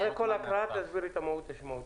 אחרי כל הקראה תסבירי את מהות השינוי.